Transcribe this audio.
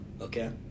Okay